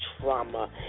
trauma